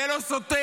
זה לא סותר.